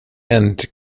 end